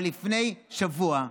אבל לפני שבוע,